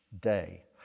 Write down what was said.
day